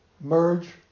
merge